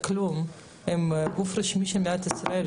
הוא גוף רשמי של מדינת ישראל,